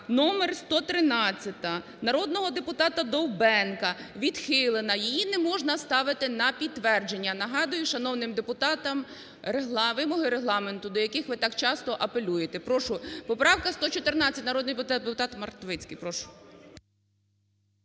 номер 113 народного депутата Довбенка відхилена. Її неможна ставити на підтвердження, нагадую шановним депутатам вимоги Регламенту, до яких ви так часто апелюєте. Прошу, поправка 114. Народний депутат Мартовицький. Прошу.